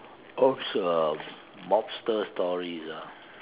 those uh mobster stories ah